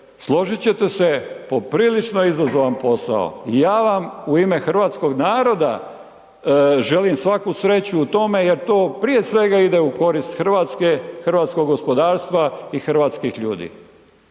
složit ćete se, poprilično izazovan posao. Ja vam u ime hrvatskog naroda želim svaku sreću u tome jer to prije svega ide u korist Hrvatske, hrvatskog gospodarstva i hrvatskih ljudi.